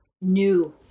new